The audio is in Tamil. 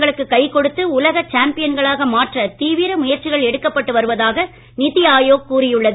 இந்திய நிறுவனங்களுக்கு கை கொடுத்து உலகச் சாம்பியன்களாக மாற்ற தீவிர முயற்சிகள் எடுக்கப்பட்டு வருவதாக நிதி ஆயோக் கூறியுள்ளது